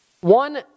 one